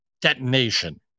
detonation